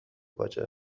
پاچه